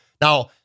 Now